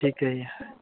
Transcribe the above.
ਠੀਕ ਹੈ ਜੀ